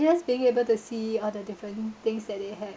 just being able to see all the different things that they have